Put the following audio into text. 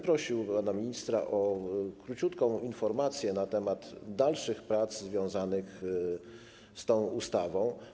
Prosiłbym pana ministra o króciutką informację na temat dalszych prac związanych z tą ustawą.